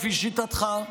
לפי שיטתך.